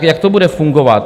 Jak to bude fungovat?